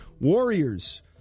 Warriors